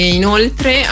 inoltre